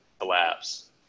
collapse